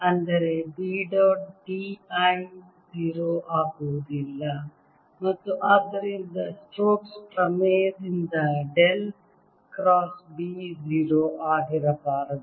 ಅಂದರೆ B dot d l 0 ಆಗುವುದಿಲ್ಲ ಮತ್ತು ಆದ್ದರಿಂದ ಸ್ಟೋಕ್ಸ್ Stoke's ಪ್ರಮೇಯದಿಂದ ಡೆಲ್ ಕ್ರಾಸ್ B 0 ಆಗಿರಬಾರದು